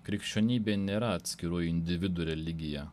krikščionybė nėra atskirų individų religija